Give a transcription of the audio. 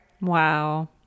Wow